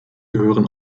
gehören